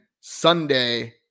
Sunday